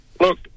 Look